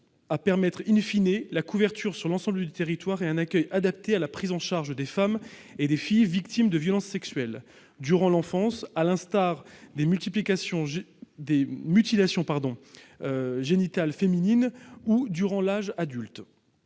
de permettre la couverture de l'ensemble du territoire par un accueil adapté à la prise en charge des femmes et des filles victimes de violences sexuelles durant l'enfance, à l'instar des mutilations génitales féminines, ou durant l'âge adulte.